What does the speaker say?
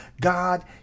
God